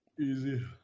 Easy